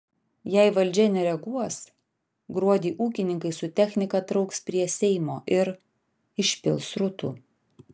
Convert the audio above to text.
jei valdžia nereaguos gruodį ūkininkai su technika trauks prie seimo ir išpils srutų